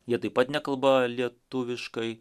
jie taip pat nekalba lietuviškai